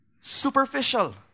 superficial